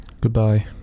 goodbye